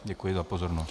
Děkuji za pozornost.